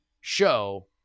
show